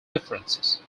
differences